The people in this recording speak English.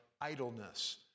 idleness